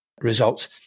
results